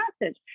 message